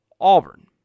Auburn